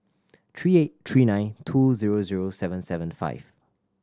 three eight three nine two zero zero seven seven five